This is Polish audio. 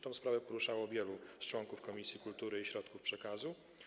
Tę sprawę poruszało wielu członków Komisji Kultury i Środków Przekazu.